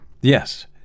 Yes